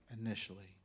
initially